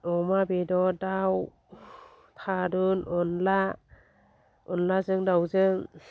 अमा बेदर दाव थादुन अनला अनलाजों दावजों